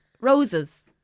roses